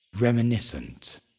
reminiscent